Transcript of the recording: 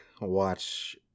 watch